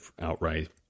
outright